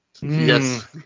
Yes